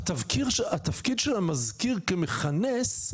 התפקיד של המזכיר כמכנס,